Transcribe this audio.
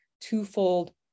twofold